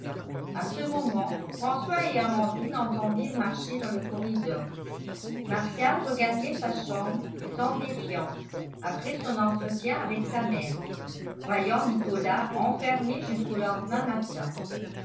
à ce moment françois et amandine entendirent marcher dans le corridor martial regagnait sa chambre sans défiance après son entretien avec sa mère croyant nicolas enfermé jusqu'au lendemain matin